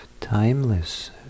timeless